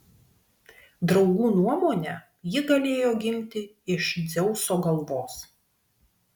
draugų nuomone ji galėjo gimti iš dzeuso galvos